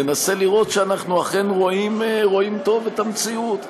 ננסה לראות שאנחנו אכן רואים טוב את המציאות.